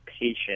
patient